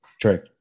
true